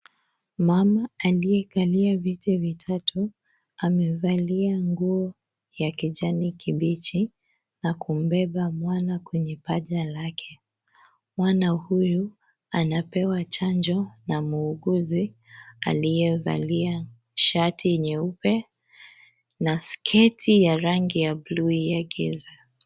Mama aliyekalia viti vitatu amevalia nguo ya kijani kibichi na kumbeba mwana kwenye paja lake. Mwana huyu anapewa chanjo na muuguzi aliyevalai shati nyeupe na sketi ya rangi ya buluu ya giza.